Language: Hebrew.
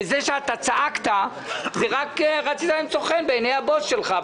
וזה שאתה צעקת זה רק כי רצית למצוא חן בעיני הבוס שלך,